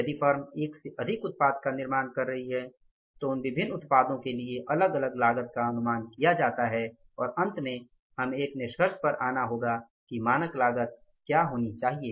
यदि फर्म एक से अधिक उत्पाद का निर्माण कर रही है तो उन विभिन्न उत्पादों के लिए अलग अलग लागत का अनुमान किया जाता है और अंत में हमें एक निष्कर्ष पर आना होगा कि मानक लागत क्या होनी चाहिए